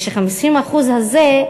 וה-50% הזה,